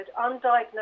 undiagnosed